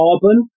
carbon